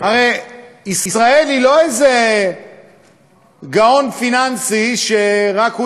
הרי ישראל היא לא איזה גאון פיננסי שרק הוא